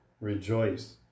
Rejoice